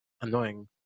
annoying